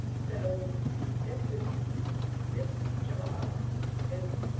so this is this job is